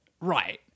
right